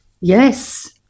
Yes